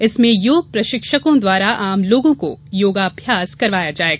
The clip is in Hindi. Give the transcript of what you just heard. इसमें योग प्रशिक्षकों द्वारा आम लोगों को योगाभ्यास करवाया जायेगा